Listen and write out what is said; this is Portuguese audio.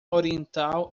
oriental